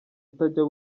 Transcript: utajya